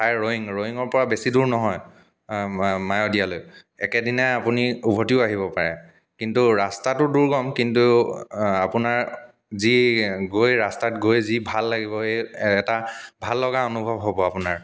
ঠাই ৰ'য়িং ৰ'য়িঙৰ পৰা বেছি দূৰ নহয় মা মায়'দিয়ালৈ একেদিনাই আপুনি উভতিও আহিব পাৰে কিন্তু ৰাস্তাটো দূৰ্গম কিন্তু আপোনাৰ যি গৈ ৰাস্তাত গৈ যি ভাল লাগিব এই এটা ভাল লগা অনুভৱ হ'ব আপোনাৰ